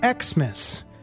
Xmas